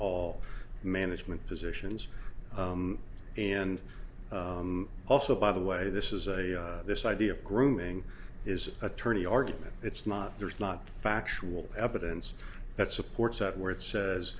all management positions and also by the way this is this idea of grooming is attorney argument it's not there's not factual evidence that supports that where it says